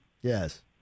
Yes